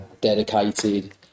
dedicated